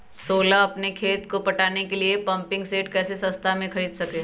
सोलह अपना खेत को पटाने के लिए पम्पिंग सेट कैसे सस्ता मे खरीद सके?